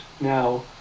now